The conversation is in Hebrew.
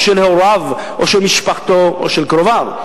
או של הוריו או של משפחתו או של קרוביו?